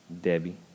Debbie